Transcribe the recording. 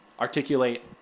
articulate